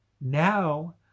now